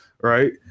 right